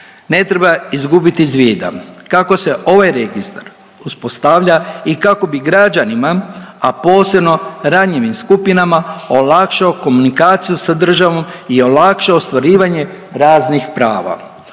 Ne treba izgubiti iz vida kako se ovaj registar uspostavlja i kako bi građanima, a posebno ranjivim skupinama olakšao komunikaciju sa državom i olakšao ostvarivanje raznih prava.